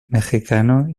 mexicano